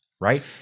Right